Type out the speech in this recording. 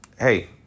hey